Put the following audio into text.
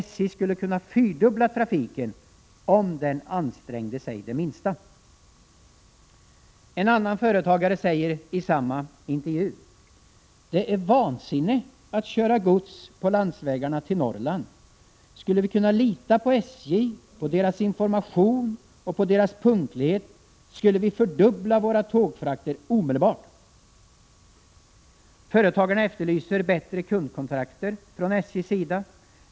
SJ skulle kunna fyrdubbla trafiken om de ansträngde sig det minsta.” En annan företagare säger i samma intervju: ”Det är vansinne att köra gods på landsvägarna till Norrland. Skulle vi kunna lita på SJ, på deras information och på deras punktlighet, skulle vi fördubbla våra tågfrakter omedelbart.” — Prot. 1986/87:113 Företagarna efterlyser bättre kundkontakter från SJ:s sida.